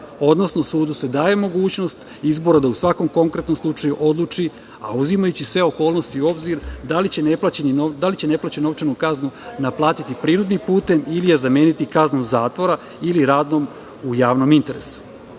odnosno sudu se daje mogućnost izbora da u svakom konkretnom slučaju odluči, a uzimajući sve okolnosti u obzir, da li će neplaćenu novčanu kaznu naplatiti prinudnim putem ili je zameniti kaznom zatvora ili radom u javnom interesu. Potpuno